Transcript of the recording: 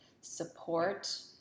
support